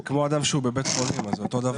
זה כמו אדם שהוא בבית חולים; זה אותו הדבר.